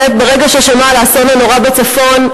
ברגע ששמע על האסון הנורא בצפון,